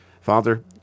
Father